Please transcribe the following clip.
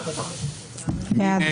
מי נגד?